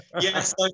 Yes